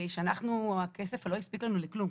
שאנחנו, הכסף לא הספיק לנו לכלום.